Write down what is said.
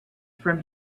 from